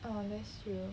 oh that's true